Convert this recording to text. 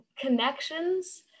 connections